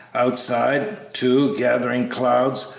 outside, too, gathering clouds,